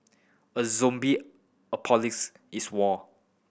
a zombie apocalypse is war